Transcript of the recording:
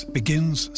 begins